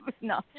No